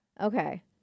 Okay